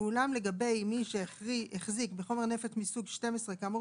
ואולם לגבי מי שהחזיק בחומר נפץ מסוג 12 כאמור